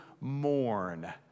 mourn